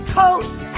coats